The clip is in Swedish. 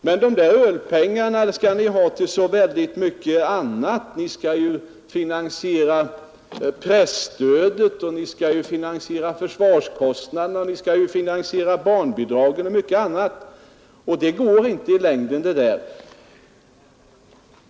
Men de där ölpengarna skall ni ju ha till så väldigt mycket annat — till att finansiera presstödet, försvarskostnaderna, barnbidragen och mycket annat. Sådant går inte i längden.